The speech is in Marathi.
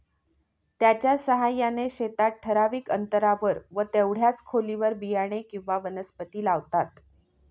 त्याच्या साहाय्याने शेतात ठराविक अंतरावर व तेवढ्याच खोलीवर बियाणे किंवा वनस्पती लावतात